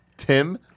Tim